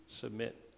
submit